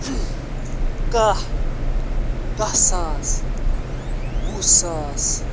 کَہہ دَہ ساس وُہ ساس